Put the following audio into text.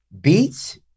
beats